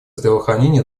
здравоохранения